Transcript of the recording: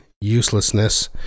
uselessness